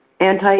Anti